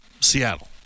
Seattle